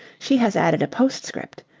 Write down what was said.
she has added a postscript.